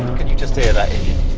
can you just hear that engine?